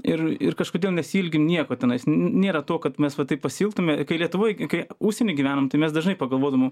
ir ir kažkodėl nesiilgi nieko tenais nėra to kad mes va taip pasilgtume kai lietuvoj kai užsieny gyvenom tai mes dažnai pagalvodavom